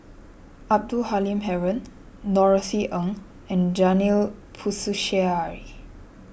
Abdul Halim Haron Norothy Ng and Janil Puthucheary